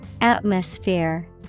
Atmosphere